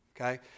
Okay